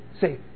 Say